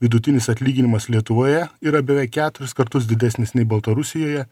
vidutinis atlyginimas lietuvoje yra beveik keturis kartus didesnis nei baltarusijoje